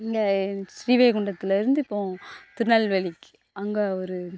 இங்கே ஸ்ரீவைகுண்டத்தில் இருந்து போவோம் திருநெல்வேலிக்கு அங்கே ஒரு